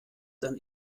dann